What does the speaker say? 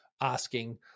asking